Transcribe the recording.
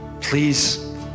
please